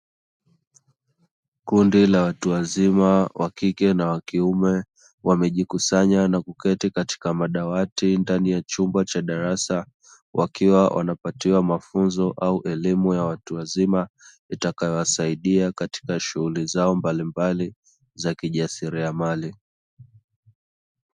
Kundi la watu wazima wa kike na wa kiume, wamejikusanya na kuketi katika madawati ndani ya chumba cha darasa, wakiwa wanapatiwa mafunzo au elimu ya watu wazima, itakayo wasaidia katika shughuli zao mbalimbali za kijasiriamali.